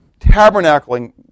tabernacling